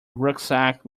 rucksack